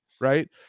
right